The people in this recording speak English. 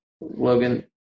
logan